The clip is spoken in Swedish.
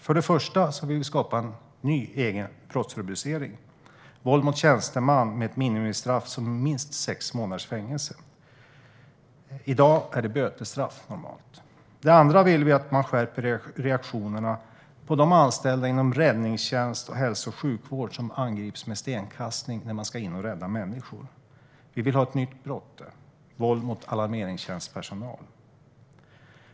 För det första vill vi skapa en ny, egen brottsrubricering, våld mot tjänsteman, med ett minimistraff som är minst sex månaders fängelse. I dag är det normalt bötesstraff. För det andra vill vi att man skärper reaktionerna när anställda inom räddningstjänst och hälso och sjukvård angrips med stenkastning när de ska in och rädda människor. Vi vill ha ett nytt brott - våld mot alarmeringstjänstpersonal.